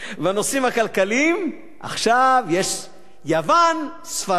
בנושאים הכלכליים עכשיו יש יוון, ספרד.